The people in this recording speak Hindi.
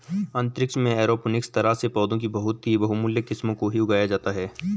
अंतरिक्ष में एरोपोनिक्स तरह से पौधों की बहुत ही बहुमूल्य किस्मों को ही उगाया जाता है